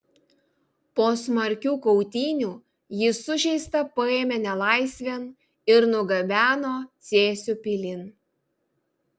po smarkių kautynių jį sužeistą paėmė nelaisvėn ir nugabeno cėsių pilin